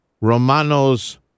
Romano's